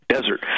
desert